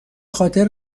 خاطر